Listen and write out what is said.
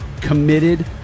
committed